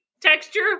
texture